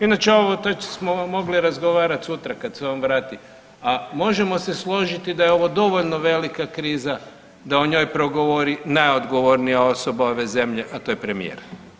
Inače ovo, to smo razgovarati sutra kad se on vrati, a možemo se složiti da je ovo dovoljno velika kriza da o njoj progovori najodgovornija osoba ove zemlje, a to je premijer.